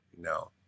No